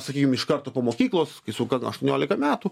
sakykim iš karto po mokyklos kai sukanka aštuoniolika metų